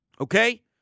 Okay